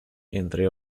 entre